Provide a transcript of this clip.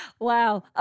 wow